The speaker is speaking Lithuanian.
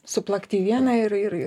suplakti į vieną ir ir ir